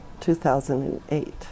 2008